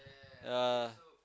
yep